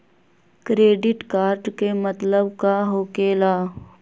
Credit card के मतलब का होकेला?